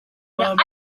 think